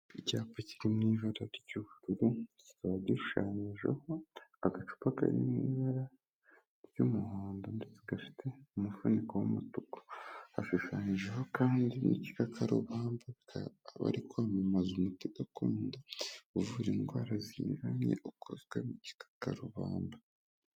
Icyapa kiri mu ibara ry'ubururu kikaba gishushanyijeho agacupa karimo ibara ry'umuhondo ndetse gafite umufuniko w'umutuku. Hashushanyijeho kandi n'igikakarubamba. Bari kwamamaza umuti gakondo uvura indwara zinyuranye ukokzwe mu gikakarubamba.